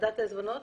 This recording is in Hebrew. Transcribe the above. ועדת העיזבונות